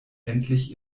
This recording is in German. endlich